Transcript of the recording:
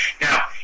now